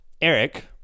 Eric